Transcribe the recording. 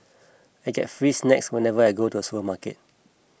I get free snacks whenever I go to the supermarket